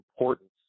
importance